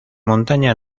montaña